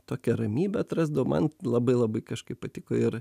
tokią ramybę atrasdavau man labai labai kažkaip patiko ir